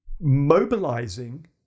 mobilizing